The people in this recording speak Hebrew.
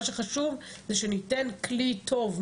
מה שחשוב זה שניתן כלי טוב,